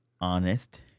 honest